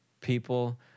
people